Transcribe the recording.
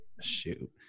Shoot